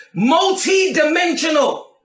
multidimensional